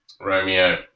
Romeo